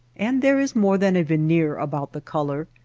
and there is more than a veneer about the color.